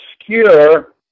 obscure